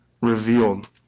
revealed